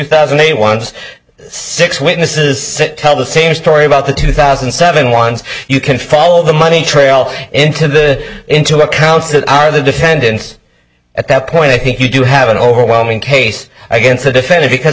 thousand and eight ones six witnesses sit tell the same story about the two thousand and seven ones you can follow the money trail into the into accounts that are the defendants at that point i think you do have an overwhelming case against the defense because